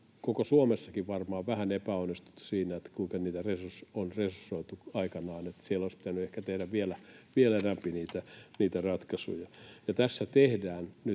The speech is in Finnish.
koko Suomessakin varmaan on vähän epäonnistuttu siinä, kuinka niitä on resursoitu aikanaan. Siellä olisi pitänyt ehkä tehdä vielä enempi niitä ratkaisuja.